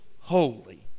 holy